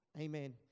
Amen